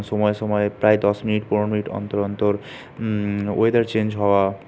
সময় সময় প্রায় দশ মিনিট পনেরো মিনিট অন্তর অন্তর ওয়েদার চেঞ্জ হওয়া